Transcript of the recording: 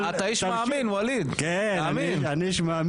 תאמין, תאמין, אתה איש מאמין ווליד, תאמין.